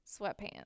sweatpants